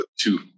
two